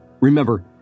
Remember